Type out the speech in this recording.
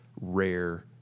rare